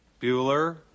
Bueller